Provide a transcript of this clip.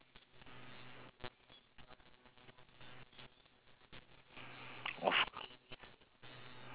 !wah! wasted but you feel surprise after lah